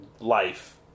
life